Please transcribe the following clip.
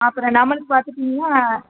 அப்புறம் நம்மளுக்கு பார்த்துட்டிங்கன்னா